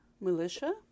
militia